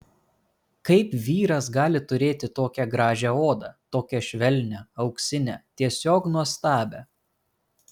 kaip vyras gali turėti tokią gražią odą tokią švelnią auksinę tiesiog nuostabią